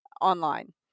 online